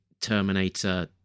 Terminator